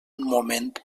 moment